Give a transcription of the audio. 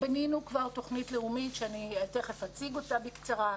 בנינו כבר תוכנית לאומית שתכף אציג אותה בקצרה.